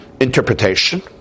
interpretation